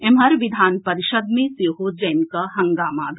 एम्हर विधान परिषद् मे सेहो जमिकऽ हंगामा भेल